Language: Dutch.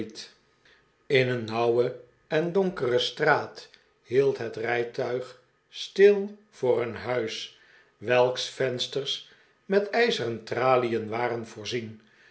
in een nauwe en donkere straat hield het rijtuig stil voor een huis welks vensters met ijzeren tralien waren voorzien